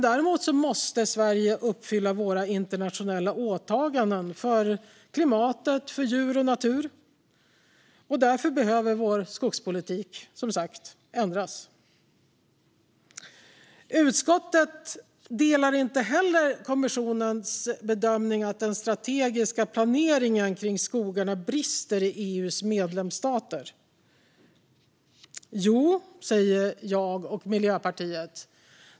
Däremot måste Sverige uppfylla sina internationella åtaganden för klimatet och för djur och natur, och därför behöver vår skogspolitik som sagt ändras. Utskottet delar inte heller kommissionens bedömning att den strategiska planeringen kring skogarna brister i EU:s medlemsstater. Jo, säger jag och Miljöpartiet.